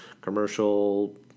commercial